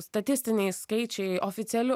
statistiniai skaičiai oficialiu